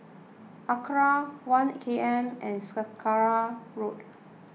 Acra one K M and Saraca Road